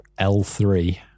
L3